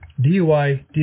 DUI